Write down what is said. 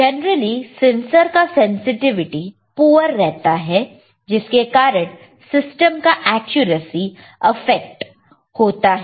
generally sensor का sensitivity poor रहता है जिसके कारण सिस्टम का एक्यूरेसी अफेक्ट होता है